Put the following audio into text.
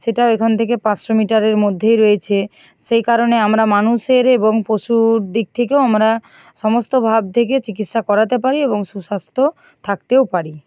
সেটাও এখান থেকে পাঁচশো মিটারের মধ্যেই রয়েছে সেই কারণে আমরা মানুষের এবং পশুর দিক থেকেও আমরা সমস্ত ভাব থেকে চিকিৎসা করাতে পারি এবং সুস্বাস্থ্য থাকতেও পারি